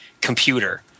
Computer